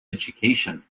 education